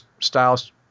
styles